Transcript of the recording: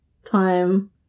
time